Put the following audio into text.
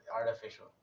artificial